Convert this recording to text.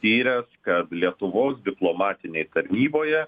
tyręs kad lietuvos diplomatinėj tarnyboje